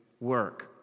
work